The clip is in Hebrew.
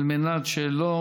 על מנת שלא